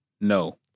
No